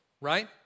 right